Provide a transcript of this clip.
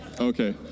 Okay